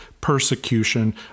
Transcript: persecution